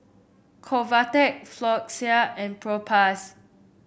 Convatec Floxia and Propass